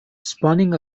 spawning